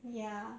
ya